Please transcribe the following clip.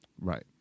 Right